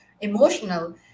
emotional